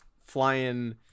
flying